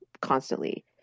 constantly